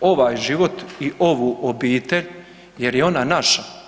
ovaj život i ovu obitelj jer je ona naša.